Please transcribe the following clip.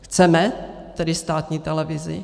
Chceme tedy státní televizi?